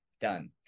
done